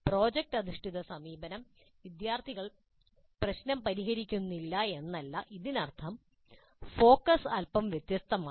project അധിഷ്ഠിത സമീപനത്തിൽ വിദ്യാർത്ഥികൾ പ്രശ്നം പരിഹരിക്കുന്നില്ല എന്നല്ല ഇതിനർത്ഥം എന്നാൽ ഫോക്കസ് അല്പം വ്യത്യസ്തമാണ്